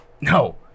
no